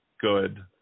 good